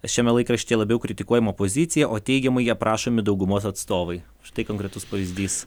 šiame laikraštyje labiau kritikuojama opozicija o teigiamai aprašomi daugumos atstovai štai konkretus pavyzdys